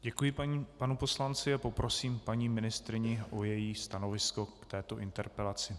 Děkuji panu poslanci a poprosím paní ministryni o její stanovisko k této interpelaci.